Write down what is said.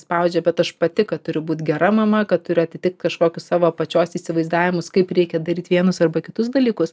spaudžia bet aš pati kad turiu būt gera mama kad turi atitikti kažkokius savo pačios įsivaizdavimus kaip reikia daryt vienus arba kitus dalykus